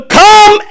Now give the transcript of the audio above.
come